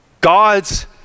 God's